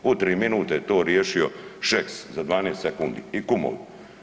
U tri minute je to riješio Šeks, za 12 sekundi i kumovi.